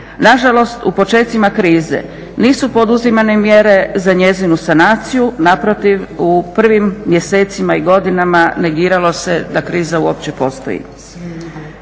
Nažalost, u počecima krize nisu poduzimane mjere za njezinu sanaciju. Naprotiv, u prvim mjesecima i godinama negiralo se da kriza uopće postoji.